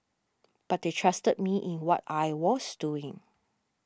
but they trusted me in what I was doing